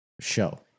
show